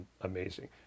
amazing